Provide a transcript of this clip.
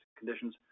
conditions